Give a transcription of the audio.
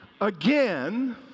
again